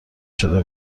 شده